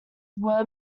were